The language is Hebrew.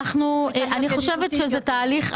אני חושבת שזה תהליך.